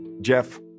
Jeff